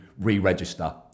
re-register